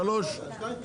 14:33. טעות שלי.